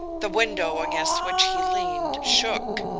the window against which he leaned shook.